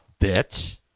bitch